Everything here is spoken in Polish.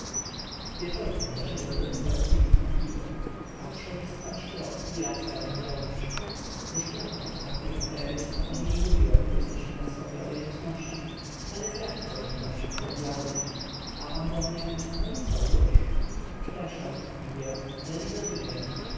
wieczorkiem zaszedłem do restauracyjki na piwko patrzę jest pan szprot i radca węgrowicz ze szprotem od tamtej afery coto o niej mówiłem jesteśmy na stopie obojętności ale z radcą witam się kordyalnie a on do mnie no i co już przepraszam mówię ale nie rozumiem